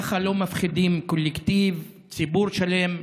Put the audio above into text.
ככה לא מפחידים קולקטיב, ציבור שלם.